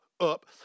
up